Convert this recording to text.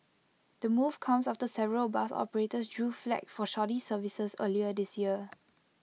the move comes after several bus operators drew flak for shoddy services earlier this year